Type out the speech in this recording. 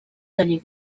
taller